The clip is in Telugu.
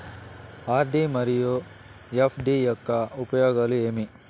ఆర్.డి మరియు ఎఫ్.డి యొక్క ఉపయోగాలు ఏమి?